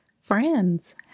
Friends